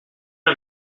een